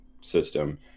system